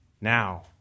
now